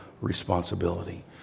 responsibility